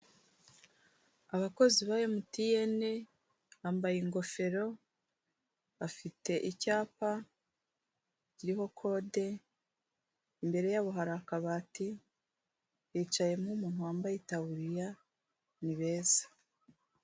Abakozi ba emutiyeni bambaye ingofero bafite icyapa kiriho kode, imbere yabo hari akabati hicayemo umuntu wambaye itaburiya ni beza.